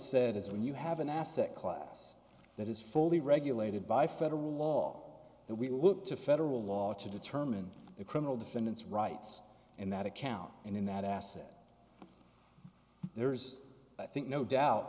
said is when you have an asset class that is fully regulated by federal law and we look to federal law to determine the criminal defendants rights in that account and in that asset there's i think no doubt